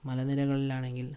മലനിരകളിലാണെങ്കിൽ